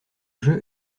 jeu